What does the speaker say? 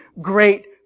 great